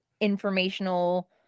informational